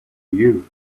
you